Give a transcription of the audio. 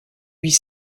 huit